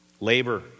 Labor